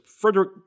Frederick